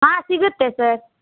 ಹಾಂ ಸಿಗತ್ತೆ ಸರ್